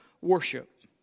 worship